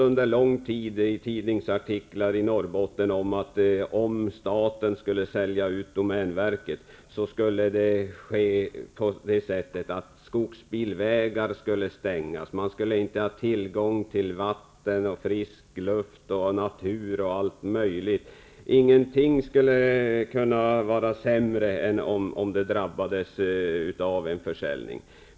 Under lång tid har det i artiklar i Norrbottenstidningar skrivits att en utförsäljning från statens sida av domänverket skulle innebära att skogsbilvägar stängdes av. Människorna där uppe skulle inte ha tillgång till vatten, frisk luft, natur osv. Ingenting kunde vara sämre än en försäljning.